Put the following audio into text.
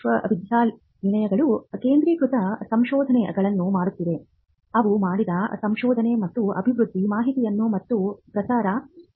ವಿಶ್ವವಿದ್ಯಾನಿಲಯಗಳು ಕೇಂದ್ರೀಕೃತ ಸಂಶೋಧನೆಗಳನ್ನು ಮಾಡುತ್ತಿವೆ ಅವು ಮಾಡಿದ ಸಂಶೋಧನೆ ಮತ್ತು ಅಭಿವೃದ್ಧಿಯ ಮಾಹಿತಿಯನ್ನು ಮತ್ತು ಪ್ರಸಾರ ಮಾಡುತ್ತವೆ